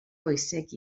bwysig